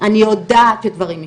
אני יודעת שדברים ישתנו.